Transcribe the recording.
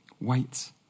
Wait